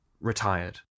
retired